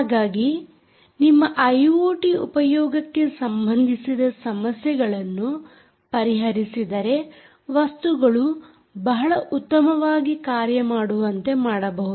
ಹಾಗಾಗಿ ನಿಮ್ಮ ಐಓಟಿ ಉಪಯೋಗಕ್ಕೆ ಸಂಬಂಧಿಸಿದ ಸಮಸ್ಯೆಗಳನ್ನು ಪರಿಹರಿಸಿದರೆ ವಸ್ತುಗಳು ಬಹಳ ಉತ್ತಮವಾಗಿ ಕಾರ್ಯಮಾಡುವಂತೆ ಮಾಡಬಹುದು